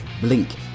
Blink